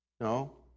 No